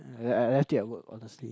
I I I left it at work honestly